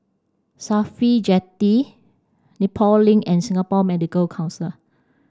Jetty Nepal Link and Singapore Medical Council